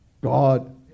God